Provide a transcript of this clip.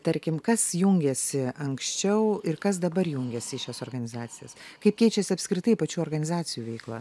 tarkim kas jungėsi anksčiau ir kas dabar jungias į šias organizacijas kaip keičiasi apskritai pačių organizacijų veikla